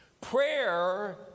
Prayer